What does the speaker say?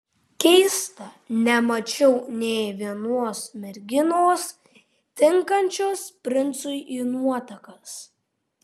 keista nemačiau nė vienos merginos tinkančios princui į nuotakas